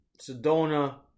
Sedona